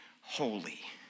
holy